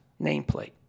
nameplate